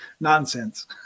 nonsense